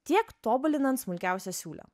tiek tobulinant smulkiausią siūlę